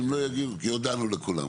כי הודענו לכולם,